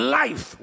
life